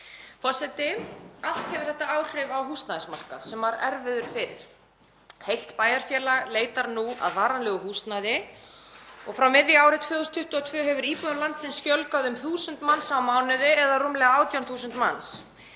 Forseti. Allt hefur þetta áhrif á húsnæðismarkað sem var erfiður fyrir. Heilt bæjarfélag leitar nú að varanlegu húsnæði og frá miðju ári 2022 hefur íbúum landsins fjölgað um 1.000 manns á mánuði eða rúmlega 18.000 manns.